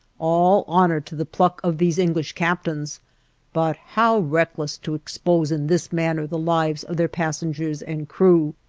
all honor to the pluck of these english captains but how reckless to expose in this manner the lives of their passengers and crew,